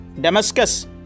Damascus